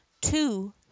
two